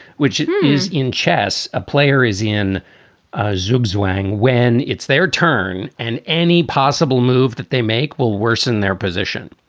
which is in chess. a player is in zugzwang when it's their turn. and any possible move. that they make will worsen their position.